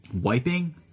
Wiping